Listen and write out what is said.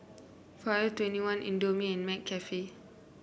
Forever Twenty One Indomie and McCafe